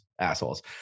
assholes